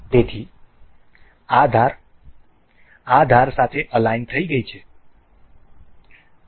તેથી આ ધાર આ ધાર સાથે અલાઈન થઈ ગઈ છે